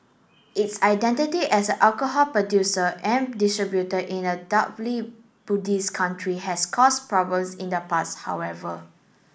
its identity as an alcohol producer and distributor in a Buddhist country has caused problems in the past however